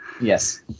Yes